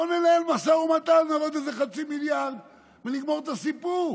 בואו ננהל משא ומתן על עוד איזה חצי מיליארד ונסגור את הסיפור.